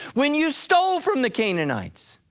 when you stole from the canaanites,